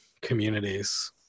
communities